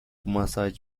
ماساژ